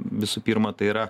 visų pirma tai yra